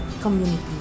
community